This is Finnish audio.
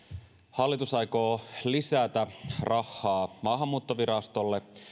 hallitus aikoo lisätä rahaa maahanmuuttovirastolle